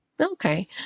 okay